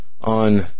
on